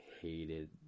hated